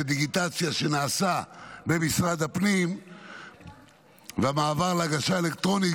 דיגיטציה שנעשה במשרד הפנים והמעבר להגשה אלקטרונית,